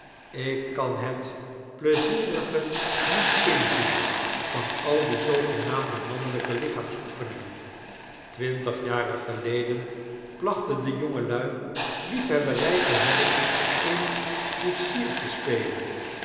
ik kan het pleizierige niet inzien van al die zoogenaamde mannelpe lichaamsoefeningen twintig jaren geleden plachten de jongelui liefhebberij te hebben in koetsiertjespelen